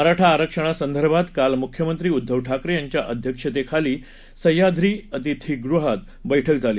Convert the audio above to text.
मराठा आरक्षणासंदर्भात काल मुख्यमंत्री उद्दव ठाकरे यांच्या अध्यक्षतेखाली सह्याद्री अतिथीगृहात बैठक झाली